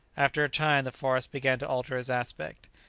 after a time the forest began to alter its aspect.